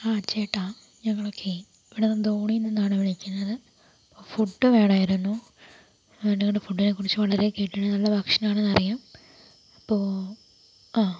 ആ ചേട്ടാ ഞങ്ങളൊക്കെ ഇവിടെ നിന്ന് ധോണിയിൽ നിന്നാണ് വിളിക്കുന്നത് അപ്പം ഫുഡ് വേണമായിരുന്നു ആ നിങ്ങളുടെ ഫുഡിനെക്കുറിച്ച് വളരെ കേട്ടിട്ടുണ്ട് നല്ല ഭക്ഷണമാണെന്ന് അറിയാം ഇപ്പോൾ ആഹ്